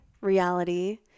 reality